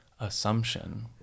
assumption